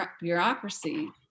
bureaucracy